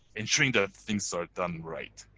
ensuring that things are done right.